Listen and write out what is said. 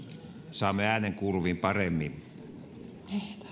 saamme äänen kuuluviin paremmin